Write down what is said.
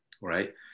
right